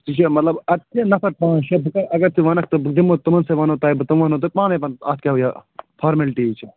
ژےٚ چھُ یا مطلب اَتہِ چھِ یا نفر پانٛژ شےٚ اگر ژٕ وَنکھ تہٕ بہٕ دِمہِ تِمن سۭتۍ وَنو تۄہہِ بہٕ تِم وَنہٕ نو تۄہہِ پانے پتہٕ اَتھ کیٛاہ یہِ فارملٹیٖز چھِ